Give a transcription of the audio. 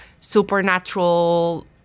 supernatural